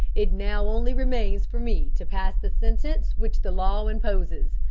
it now only remains for me to pass the sentence which the law imposes.